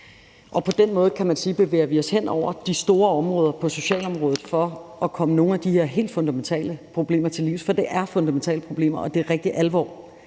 sige, at vi bevæger os hen over de store områder på socialområdet for at komme nogle af de her helt fundamentale problemer til livs, for det er fundamentale problemer, og det er rigtig alvor.